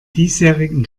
diesjährigen